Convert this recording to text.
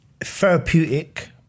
therapeutic